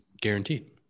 guaranteed